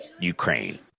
Ukraine